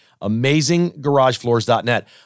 AmazingGarageFloors.net